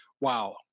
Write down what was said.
wow